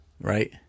Right